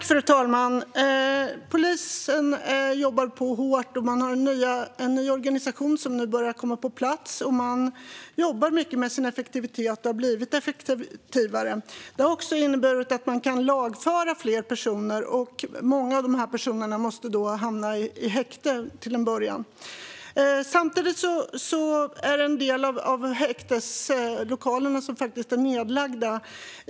Fru talman! Polisen jobbar på hårt. Man har en ny organisation som börjar komma på plats. Man jobbar mycket med sin effektivitet och har blivit effektivare. Detta har inneburit att man kan lagföra fler personer. Många av dessa personer måste till en början sättas i häkte. Samtidigt har en del häkteslokaler lagts ned.